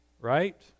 right